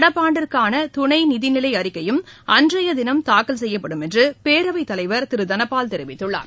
நடப்பாண்டிற்கான துணை நிதிநிலை அறிக்கையும் அன்றைய தினம் தாக்கல் செய்யப்படும் என்று பேரவைத் தலைவர் திரு தனபால் தெரிவித்துள்ளார்